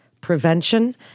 prevention